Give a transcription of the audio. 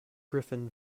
griffin